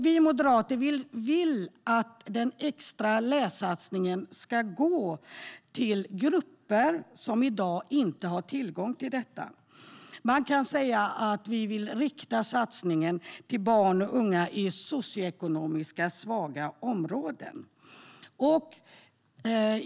Vi moderater vill att den extra lässatsningen ska gå till grupper som i dag inte har tillgång till detta. Vi vill rikta satsningen till barn och unga i socioekonomiskt svaga områden.